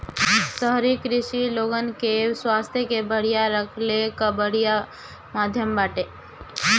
शहरी कृषि लोगन के स्वास्थ्य के बढ़िया रखले कअ बढ़िया माध्यम बाटे